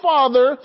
Father